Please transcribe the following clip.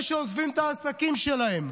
אלה שעוזבים את העסקים שלהם